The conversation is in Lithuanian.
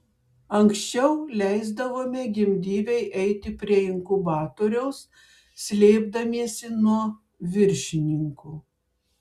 anksčiau leisdavome gimdyvei eiti prie inkubatoriaus slėpdamiesi nuo viršininkų